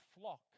flock